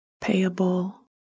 Payable